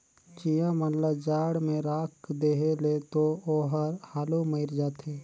चिंया मन ल जाड़ में राख देहे ले तो ओहर हालु मइर जाथे